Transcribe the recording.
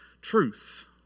truth